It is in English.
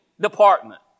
department